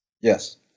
Yes